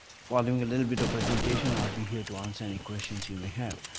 following a little bit of presentation i'll be here to answer any questions you may have.